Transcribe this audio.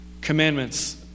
commandments